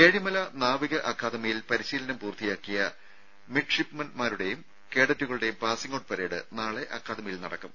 ഏഴിമല നാവിക അക്കാദമിയിൽ പ്രിശീലനം പൂർത്തിയാക്കിയ മിഡ്ഷിപ്പ്മെൻ മാരുടെയും കേഡറ്റു കളുടെയും പാസിംഗ് ഔട്ട് പരേഡ് നാളെ അക്കാദമി യിൽ നടക്കും